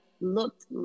looked